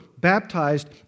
baptized